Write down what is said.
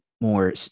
more